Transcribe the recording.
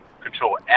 control